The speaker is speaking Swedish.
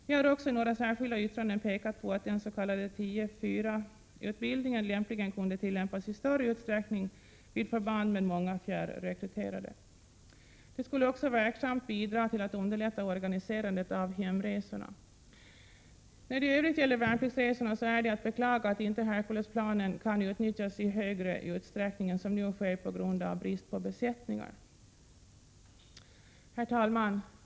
Vi har i ett särskilt yttrande pekat på att den s.k. 10/4-utbildningen i större utsträckning lämpligen kunde tillämpas vid förband med många fjärrekryterade. Det skulle också verksamt bidra till att underlätta organiserandet av hemresorna. När det i övrigt gäller värnpliktsresorna är det att beklaga att Herculesplanen på grund av brist på besättningar inte kan utnyttjas i större utsträckning än som nu sker. Herr talman!